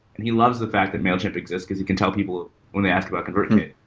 and he loves the fact that mailchimp exists because he can tell people when they ask about convertkit,